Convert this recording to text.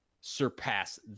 surpass